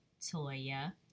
Toya